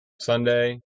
Sunday